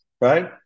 right